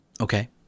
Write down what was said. Okay